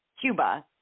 Cuba